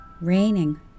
raining